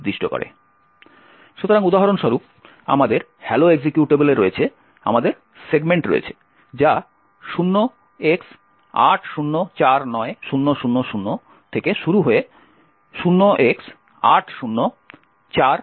সুতরাং উদাহরণস্বরূপ আমাদের hello এক্সিকিউটেবলে রয়েছে আমাদের সেগমেন্ট রয়েছে যা 0x8049000 থেকে শুরু হয়ে 0x804a000 পর্যন্ত